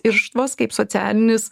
irštvos kaip socialinis